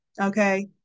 Okay